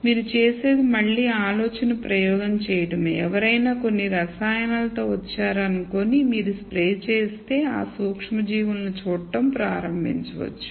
మీరు చేసేది మళ్ళీ ఆలోచన ప్రయోగం చేయడమే ఎవరైనా కొన్ని రసాయనాలతో వచ్చారని అనుకొని మీరు స్ప్రే చేస్తే ఈ సూక్ష్మజీవులను చూడటం ప్రారంభించవచ్చు